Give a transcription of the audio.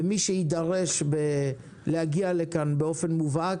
ומי שיידרש להגיע לכאן באופן מובהק